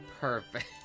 Perfect